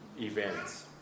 events